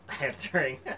answering